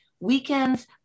weekends